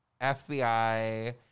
FBI